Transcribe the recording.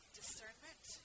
discernment